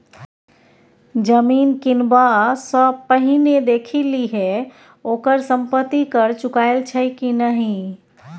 जमीन किनबा सँ पहिने देखि लिहें ओकर संपत्ति कर चुकायल छै कि नहि?